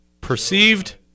Perceived